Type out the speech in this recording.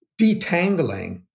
detangling